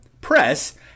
press –